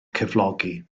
cyflogi